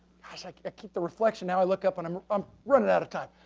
gosh i can't keep the reflection now, i look up and i'm um running out of time.